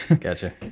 Gotcha